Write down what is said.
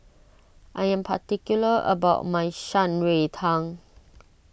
I am particular about my Shan Rui Tang